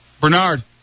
Bernard